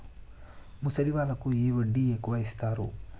ముసలి వాళ్ళకు ఏ వడ్డీ ఎక్కువ ఇస్తారు?